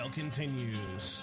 continues